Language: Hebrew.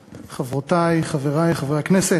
חברותי, חברי חברי הכנסת,